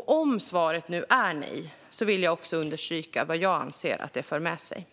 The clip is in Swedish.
Om svaret nu är nej vill jag understryka vad jag anser att detta för med sig.